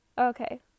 Okay